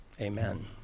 Amen